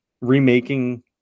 remaking